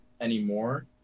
anymore